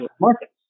markets